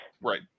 Right